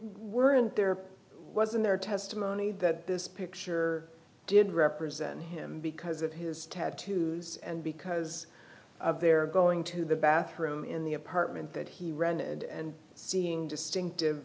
weren't there was in their testimony that this picture did represent him because of his tattoos and because of their going to the bathroom in the apartment that he rented and seeing distinctive